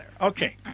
Okay